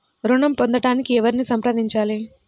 ఋణం పొందటానికి ఎవరిని సంప్రదించాలి?